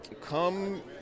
Come